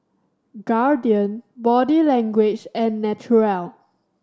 Guardian Body Language and Naturel